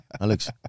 Alex